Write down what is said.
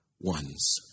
ones